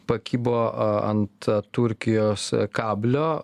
pakibo ant turkijos kablio